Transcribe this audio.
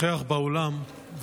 המטרה של כל מי שנוכח באולם,